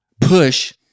push